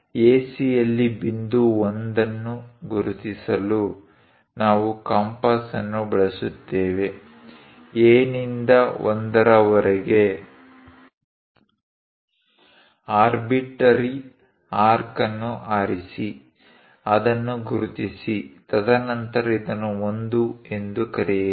AC ಯಲ್ಲಿ ಬಿಂದು 1 ಅನ್ನು ಗುರುತಿಸಲು ನಾವು ಕಂಪಾಸ್ ಅನ್ನು ಬಳಸುತ್ತೇವೆ A ನಿಂದ 1 ರವರೆಗೆ ಆರ್ಬಿಟ್ರರಿ ಆರ್ಕ್ ಅನ್ನು ಆರಿಸಿ ಅದನ್ನು ಗುರುತಿಸಿ ತದನಂತರ ಇದನ್ನು 1 ಎಂದು ಕರೆಯಿರಿ